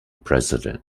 president